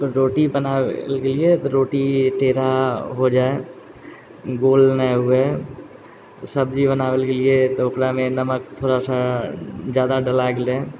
रोटी बनाबे लए रहिये तऽ रोटी टेढ़ा हो जाइ गोल नहि हुए सब्जी बनाबै लए गेलियै तऽ ओकरामे नमक थोड़ासँ जादा डला गेलै